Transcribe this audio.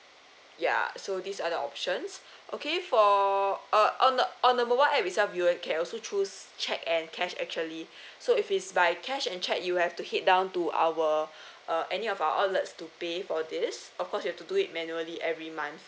ya so these are the options okay for uh on the on the mobile A_P_P itself you will can also choose check and cash actually so if it's by cash and check you have to head down to our uh any of our outlets to pay for this of cause you to do it manually every month